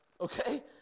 okay